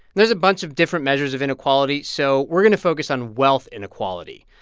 there's a bunch of different measures of inequality, so we're going to focus on wealth inequality.